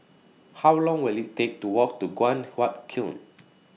How Long Will IT Take to Walk to Guan Huat Kiln